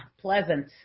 Pleasant